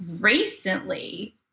recently